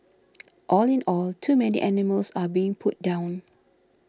all in all too many animals are being put down